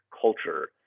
culture